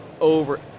over